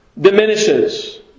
diminishes